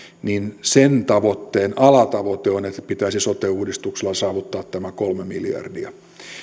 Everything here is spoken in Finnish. niin sen tavoitteen alatavoite on että pitäisi sote uudistuksella saavuttaa tämä kolme miljardia